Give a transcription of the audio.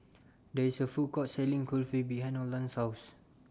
There IS A Food Court Selling Kulfi behind Olan's House